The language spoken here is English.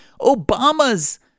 Obama's